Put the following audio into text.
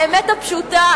האמת הפשוטה,